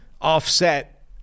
offset